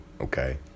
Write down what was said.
Okay